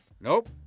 nope